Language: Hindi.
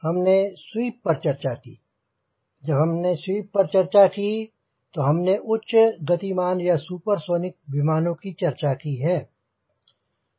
हमने स्वीप पर चर्चा की जब हम स्वीप पर चर्चा की तो हमने उच्च गतिमान या सुपर सोनिक विमानों की चर्चा की है